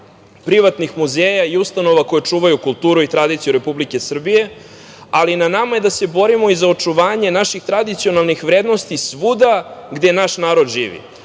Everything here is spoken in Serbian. privatnih muzeja i ustanova koje čuvaju kulturu i tradiciju Republike Srbije, ali na nama je da se borimo i za očuvanje naših tradicionalnih vrednosti svuda gde naš narod